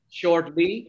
shortly